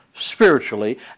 spiritually